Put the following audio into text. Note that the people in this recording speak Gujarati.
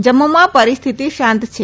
જમ્મુમાં પરિહ્યથતિ શાંત છે